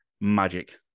magic